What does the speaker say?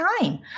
time